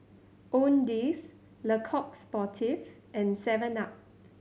Owndays Le Coq Sportif and seven Up